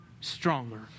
stronger